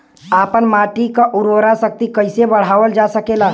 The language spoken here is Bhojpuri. आपन माटी क उर्वरा शक्ति कइसे बढ़ावल जा सकेला?